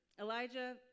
Elijah